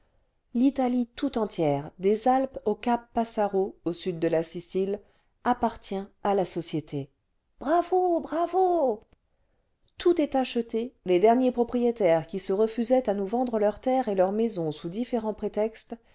l'italie tout entière des alpes au cap passaro au sud de la sicile appartient à la société bravo bravo tout est acheté les derniers propriétaires qui se refusaient à nous vendre leurs terres et leurs maisons sous différents prétextes